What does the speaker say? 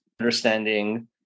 understanding